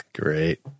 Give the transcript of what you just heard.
Great